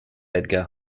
edgar